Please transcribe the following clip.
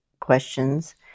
questions